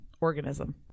Organism